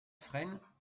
fresnes